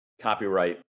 copyright